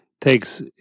takes